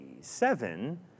Seven